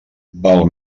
val